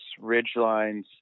ridgelines